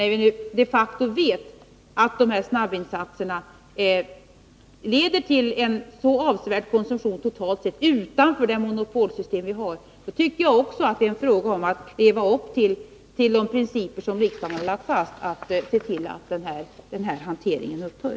När vi nu de facto vet att förekomsten av snabbvinsatser leder till en så avsevärd konsumtion totalt sett, utanför det monopolsystem vi har, så tycker jagatt det här också är en fråga om att leva upp till de principer som riksdagen har lagt fast, nämligen att vi måste se till att den här hanteringen upphör.